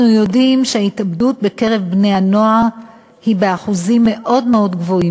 אנחנו יודעים שההתאבדות בקרב בני-הנוער היא באחוזים מאוד מאוד גבוהים.